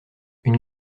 une